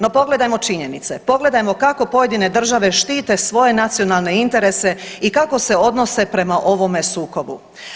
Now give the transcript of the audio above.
No pogledajmo činjenice, pogledajmo kako pojedine države štite svoje nacionalne interese i kako se odnose prema ovome sukobu.